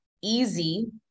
easy